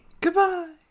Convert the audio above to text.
Goodbye